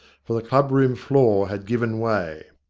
for the club-room floor had given way.